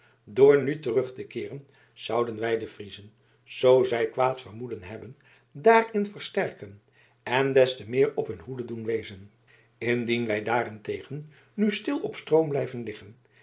door nu terug te keeren zouden wij de friezen zoo zij kwaad vermoeden hebben daarin versterken en des te meer op hun hoede doen wezen indien wij daarentegen nu stil op stroom blijven liggen